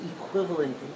equivalent